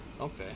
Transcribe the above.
Okay